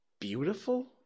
beautiful